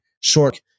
short